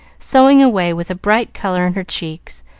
sewing away with a bright color in her cheeks,